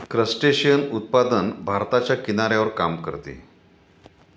crustacean उत्पादन भारताच्या किनाऱ्यावर काम करते